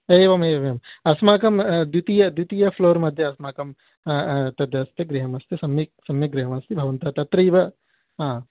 एवमेवमेवम् अस्माकं द्वितीय द्वितीय फ़्लोर्मध्ये अस्माकं तद् अस्ति गृहमस्ति सम्यग् सम्यग्गृहमस्ति भवन्तः तत्रैव हा